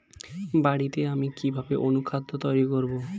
বাড়িতে আমি কিভাবে অনুখাদ্য তৈরি করব?